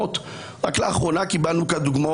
אני הגעתי לוועדה הזאת דף חלק.